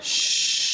תודה, אדוני.